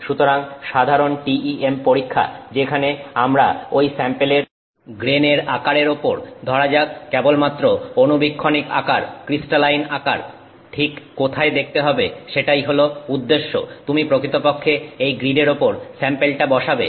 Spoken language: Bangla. সুতরাং সাধারণ TEM পরীক্ষা যেখানে আমরা ঐ স্যাম্পেলের গ্রেনের আকারের ওপর ধরা যাক কেবলমাত্র অণুবীক্ষণিক আকার ক্রিস্টালাইন আকার ঠিক কোথায় দেখতে হবে সেটাই হলো উদ্দেশ্য তুমি প্রকৃতপক্ষে এই গ্রিডের ওপর স্যাম্পেলটা বসাবে